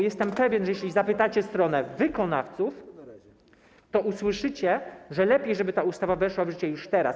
Jestem pewien, że jeśli zapytacie stronę wykonawców, to usłyszycie, że lepiej by było, żeby ta ustawa weszła w życie już teraz.